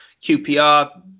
QPR